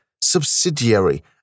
subsidiary